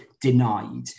denied